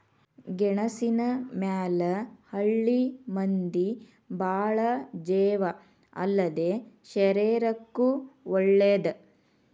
ಗೆಣಸಿನ ಮ್ಯಾಲ ಹಳ್ಳಿ ಮಂದಿ ಬಾಳ ಜೇವ ಅಲ್ಲದೇ ಶರೇರಕ್ಕೂ ವಳೇದ